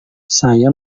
saya